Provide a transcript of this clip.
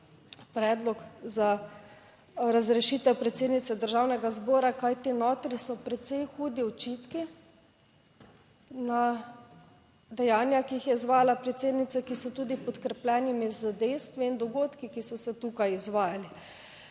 Predlog za razrešitev predsednice Državnega zbora, kajti notri so precej hudi očitki, na dejanja, ki jih je izvajala predsednica, ki so tudi podkrepljenimi z dejstvi in dogodki, ki so se tukaj izvajali.